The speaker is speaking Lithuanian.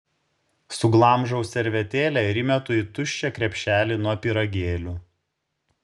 suglamžau servetėlę ir įmetu į tuščią krepšelį nuo pyragėlių